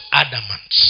adamant